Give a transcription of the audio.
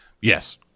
Yes